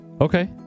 Okay